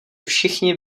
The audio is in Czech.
všichni